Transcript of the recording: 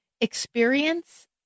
experience